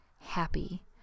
happy